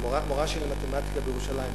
או מורה למתמטיקה בירושלים,